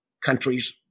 countries